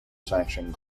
sanctioned